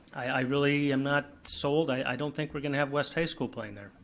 i really am not sold, i don't think we're gonna have west high school playing there.